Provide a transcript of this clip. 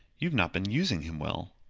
you've not been using him well.